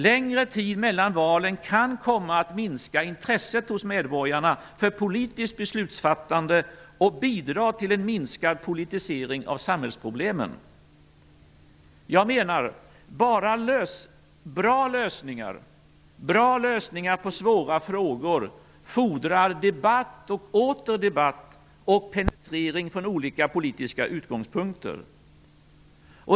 Längre tid mellan valen kan komma att minska intresset hos medborgarna för politiskt beslutsfattande och bidra till en minskad politisering av samhällsproblemen. Jag menar att bra lösningar på svåra frågor fordrar debatt och åter debatt och penetrering från olika politiska utgångspunkter.